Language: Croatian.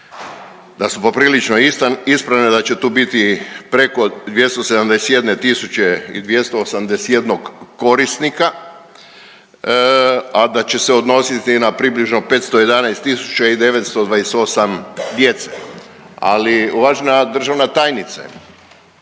da su poprilično ispravne, da će tu biti preko 271 tisuće i 281 korisnika, a da će se odnositi na približno 511 928 djece ali uvažena državna tajnice,